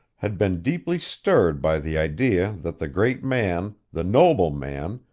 had been deeply stirred by the idea that the great man, the noble man,